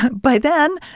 by then,